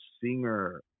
singer